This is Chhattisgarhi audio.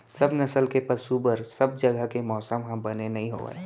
सब नसल के पसु बर सब जघा के मौसम ह बने नइ होवय